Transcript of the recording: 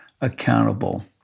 accountable